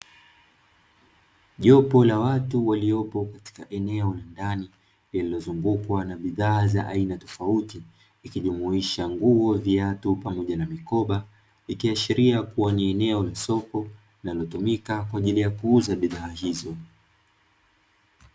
Jopo la watu waliopo katika eneo la ndani lililozungukwa na bidhaa za aina tofauti ikijumuisha nguo, viatu pamoja na mikoba, ikiashiria ni eneo la soko linalotumika kwa ajili ya kuuza bidhaa hizo.